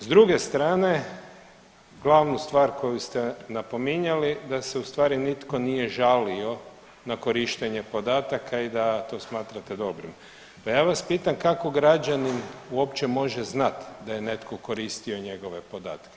S druge strane glavnu stvar koju ste napominjali da se u stvari nitko nije žalio na korištenje podataka i da to smatrate dobrim, pa ja vas pitam kako građanin uopće može znat da je netko koristio njegove podatke?